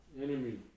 Enemy